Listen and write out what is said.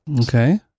Okay